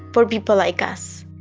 for people like us?